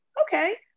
okay